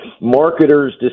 marketers